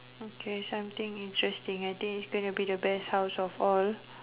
okay something interesting I think it's gonna be the best house of all